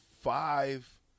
five